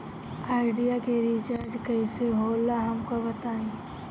Idea के recharge कईसे होला हमका बताई?